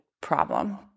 problem